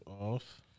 off